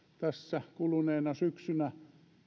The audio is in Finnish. tässä kuluneena syksynä